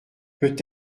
peut